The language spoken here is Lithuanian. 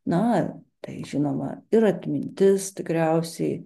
na tai žinoma ir atmintis tikriausiai